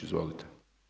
Izvolite.